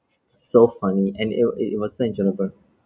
so funny and it it was so enjoyable